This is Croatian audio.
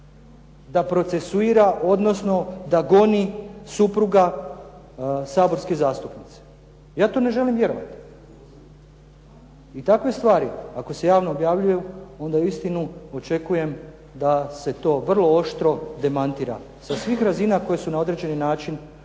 da procesuira, odnosno da goni supruga saborske zastupnice. Ja to ne želim vjerovati. I takve stvari ako se javno objavljuju, onda uistinu očekujem da se to vrlo oštro demantira sa svih razina koji su na određeni način unutra